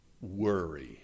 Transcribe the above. Worry